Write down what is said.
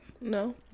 No